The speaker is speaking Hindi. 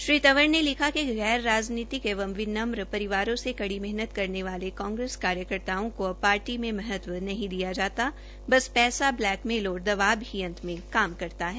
श्री तंवर ने लिखा कि गैर राजनीतिक एंव विनम्र परिवारों से कड़ी मेहतन करने वाले कांग्रेस कार्यकर्ताओं को अब पार्टी में महत्व नहीं दिया जाता बस पैसा ब्लैकमेल और दवाब ही अंत में काम करता है